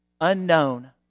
Unknown